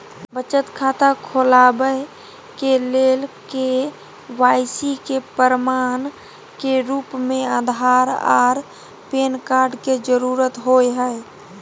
बचत खाता खोलाबय के लेल के.वाइ.सी के प्रमाण के रूप में आधार आर पैन कार्ड के जरुरत होय हय